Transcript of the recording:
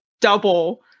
double